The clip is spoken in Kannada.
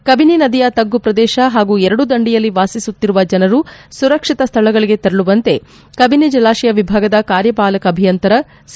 ಕಬಿನಿ ನದಿಯ ತಗ್ಗು ಪ್ರದೇಶ ಹಾಗೂ ಎರಡೂ ದಂಡೆಯಲ್ಲಿ ವಾಸಿಸುತ್ತಿರುವ ಜನರು ಸುರಕ್ಷಿತ ಸ್ಥಳಗಳಿಗೆ ತೆರಳುವಂತೆ ಕಬಿನಿ ಜಲಾಶಯ ವಿಭಾಗದ ಕಾರ್ಯಪಾಲಕ ಅಭಿಯಂತರ ಸಿ